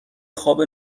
خواب